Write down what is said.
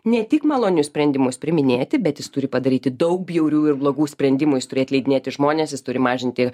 ne tik malonius sprendimus priiminėti bet jis turi padaryti daug bjaurių ir blogų sprendimų jis turi atleidinėti žmones jis turi mažinti